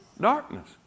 Darkness